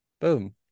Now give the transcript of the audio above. boom